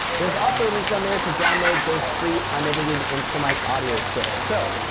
there's also a link down there to download those free unedited instamic audio clips. so,